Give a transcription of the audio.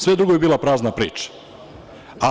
Sve drugo bi bila prazna priča.